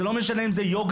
זה לא משנה אם זה יוגה,